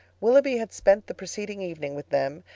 willoughby had spent the preceding evening with them,